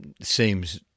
seems